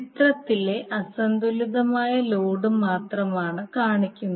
ചിത്രത്തിലെ അസന്തുലിതമായ ലോഡ് മാത്രമാണ് കാണിക്കുന്നത്